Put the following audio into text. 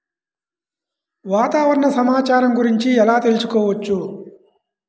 వాతావరణ సమాచారము గురించి ఎలా తెలుకుసుకోవచ్చు?